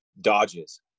dodges